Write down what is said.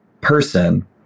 person